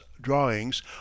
drawings